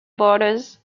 borders